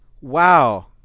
wow